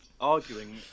arguing